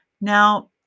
Now